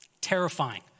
Terrifying